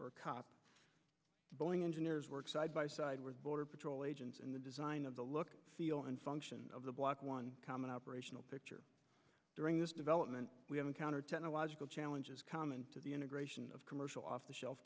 picture cop boeing engineers work side by side with border patrol agents in the design of the look feel and function of the block one common operational picture during the development we have encountered technological challenges common to the integration of commercial off the shelf